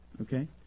okay